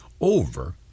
over